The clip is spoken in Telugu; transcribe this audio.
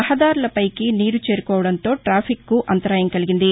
రహదారులపైకి నీరు చేరుకోవడంతో టాఫిక్కు అంతరాయం కలిగింది